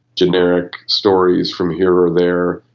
generic stories from here or there.